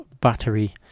battery